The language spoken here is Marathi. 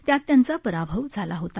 त्यात त्यांचा पराभव झाला होता